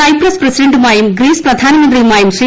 Cyprus പ്രസിഡന്റുമായും Greece പ്രധാനമന്ത്രിയുമായും ശ്രീ